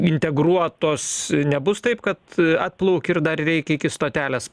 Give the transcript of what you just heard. integruotos nebus taip kad atplauki ir dar veikia iki stotelės